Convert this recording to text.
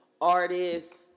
artists